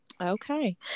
Okay